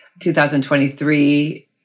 2023